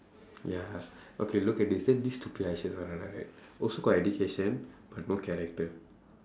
ya okay look at this then this stupid right also got education but no character